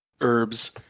herbs